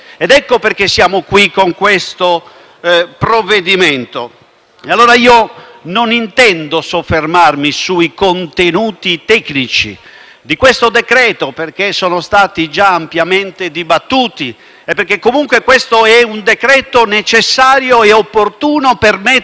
in esame. Non intendo soffermarmi sui contenuti tecnici del decreto-legge in oggetto, perché sono stati già ampiamente dibattuti e - comunque - questo è un provvedimento necessario e opportuno per mettere in sicurezza i diritti soggettivi e gli interessi legittimi